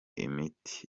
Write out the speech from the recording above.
imiti